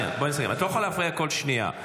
את לא יכולה להפריע כל שנייה.